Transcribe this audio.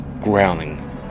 growling